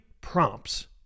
prompts